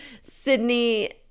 Sydney